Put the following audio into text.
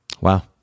Wow